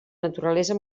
naturalesa